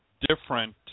different